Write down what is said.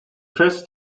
press